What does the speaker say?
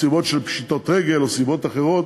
סיבות של פשיטות רגל או סיבות אחרות,